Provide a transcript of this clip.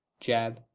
jab